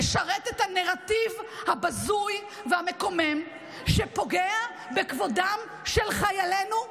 משרת את הנרטיב הבזוי והמקומם שפוגע בכבודם של חיילינו,